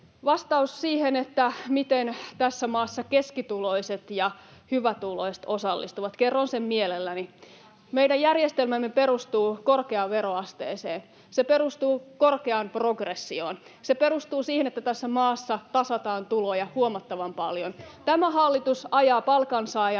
Vastaus siihen, miten tässä maassa keskituloiset ja hyvätuloiset osallistuvat — kerron sen mielelläni: Meidän järjestelmämme perustuu korkeaan veroasteeseen. Se perustuu korkeaan progressioon. Se perustuu siihen, että tässä maassa tasataan tuloja huomattavan paljon. [Krista Kiuru: Ja se on